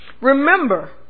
Remember